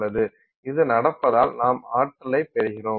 இது நடப்பதால் நாம் ஆற்றலைப் பெறுகிறோம்